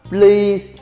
Please